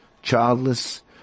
Childless